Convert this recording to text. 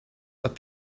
but